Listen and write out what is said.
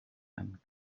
and